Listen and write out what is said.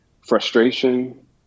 frustration